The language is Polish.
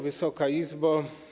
Wysoka Izbo!